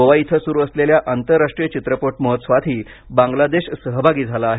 गोवा इथं सुरु असलेल्या आंतरराष्ट्रीय चित्रपट महोत्सवातही बांग्लादेशही सहभागी झाला आहे